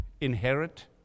inherit